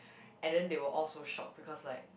and then they were all so shock because like